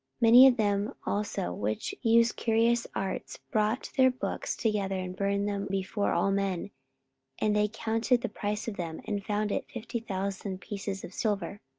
many of them also which used curious arts brought their books together, and burned them before all men and they counted the price of them, and found it fifty thousand pieces of silver.